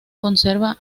conserva